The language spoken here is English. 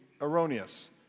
erroneous